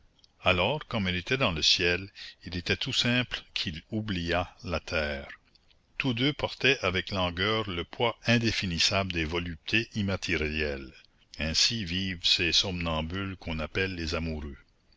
alors comme il était dans le ciel il était tout simple qu'il oubliât la terre tous deux portaient avec langueur le poids indéfinissables des voluptés immatérielles ainsi vivent ces somnambules qu'on appelle les amoureux